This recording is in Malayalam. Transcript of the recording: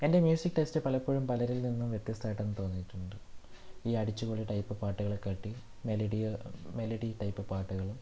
എൻ്റെ മ്യൂസിക് ടേസ്റ്റ് പലപ്പോഴും പലരിൽ നിന്നും വ്യത്യസ്ഥമായിട്ടാണ് തോന്നിയിട്ടുണ്ട് ഈ അടിച്ചുപൊളി ടൈപ്പ് പാട്ടുകളെ കാട്ടിൽ മെലഡിയാ മെലഡി ടൈപ്പ് പാട്ടുകൾ